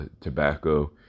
tobacco